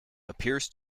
appears